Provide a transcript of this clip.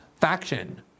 faction